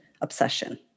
obsession